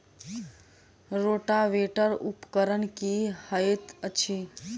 Rotavator उपकरण की हएत अछि?